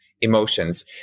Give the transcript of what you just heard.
emotions